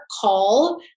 call